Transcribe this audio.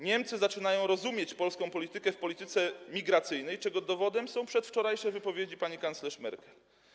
Niemcy zaczynają rozumieć polską politykę w kwestii migracyjnej, czego dowodem są przedwczorajsze wypowiedzi pani kanclerz Merkel.